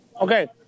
Okay